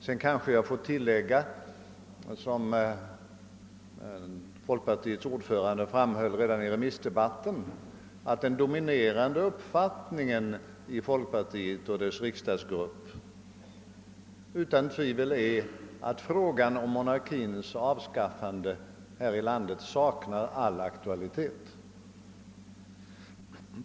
Sedan får jag kanske tillägga att — såsom folkpartiets ordförande framhöll redan i remissdebatten — den dominerande uppfattningen i folkpartiet och dess riksdagsgrupp utan tvivel är att frågan om monarkins avskaffande här i landet saknar all aktualitet.